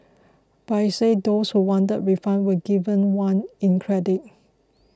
but he said those who wanted a refund were given one in credit